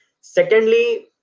Secondly